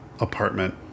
apartment